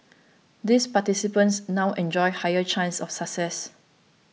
these participants now enjoy higher chances of success